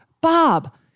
Bob